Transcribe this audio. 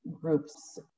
groups